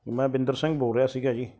ਮੈਂ ਬਿੰਦਰ ਸਿੰਘ ਬੋਲ ਰਿਹਾ ਸੀਗਾ ਜੀ